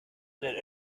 said